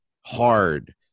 hard